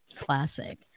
Classic